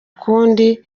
kundi